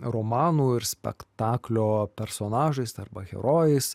romanų ir spektaklio personažais arba herojais